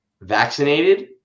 vaccinated